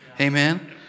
Amen